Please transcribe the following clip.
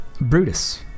Brutus